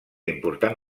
important